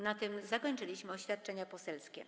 Na tym zakończyliśmy oświadczenia poselskie.